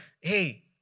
hey